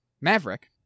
Maverick